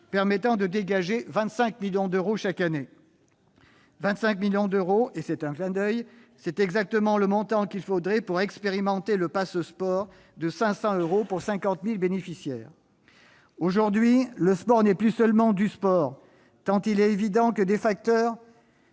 permettait de dégager 25 millions d'euros chaque année. Je me permets un clin d'oeil : 25 millions d'euros, c'est exactement le montant nécessaire pour expérimenter le pass sport de 500 euros pour 50 000 bénéficiaires ! Aujourd'hui, le sport n'est plus seulement du sport, tant il est évident que des facteurs